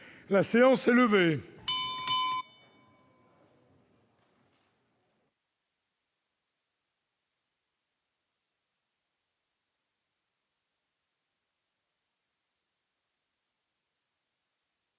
La séance est levée.